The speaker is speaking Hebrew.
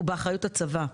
הוא באחריות הצבא.